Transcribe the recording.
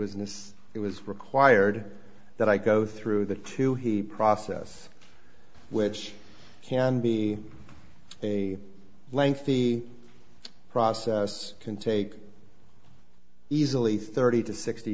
this it was required that i go through that too he process which can be a lengthy process can take easily thirty to sixty